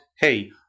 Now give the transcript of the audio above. hey